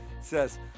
says